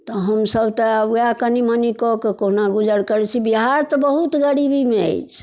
तऽ हमसब तऽ ओएह कनि मनि कऽ के कहुना गुजर करैत छी बिहार तऽ बहुत गरीबीमे अछि